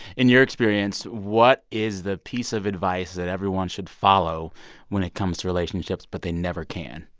in your experience, what is that piece of advice that everyone should follow when it comes to relationships but they never can,